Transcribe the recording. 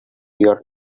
your